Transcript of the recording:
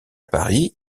paris